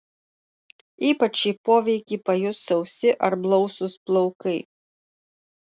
ypač šį poveikį pajus sausi ar blausūs plaukai